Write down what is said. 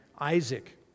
Isaac